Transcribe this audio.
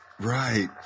Right